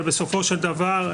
אבל בסופו של דבר,